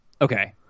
Okay